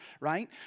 right